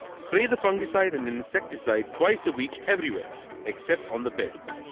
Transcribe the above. spray the fungicide and insecticide twice a week everywhere except on the beds.